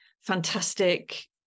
fantastic